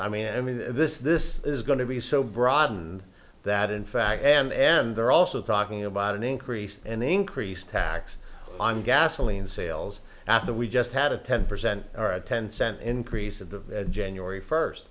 i mean i mean this is this is going to be so broadened that in fact and end they're also talking about an increase in the increased tax on gasoline sales after we just had a ten percent or a ten cent increase of the january first